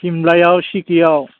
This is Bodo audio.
सिमलायाव सिटियाव